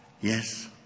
Yes